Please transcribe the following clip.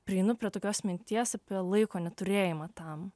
prieinu prie tokios minties apie laiko neturėjimą tam